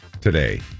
Today